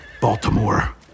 Baltimore